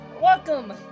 Welcome